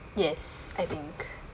yes I think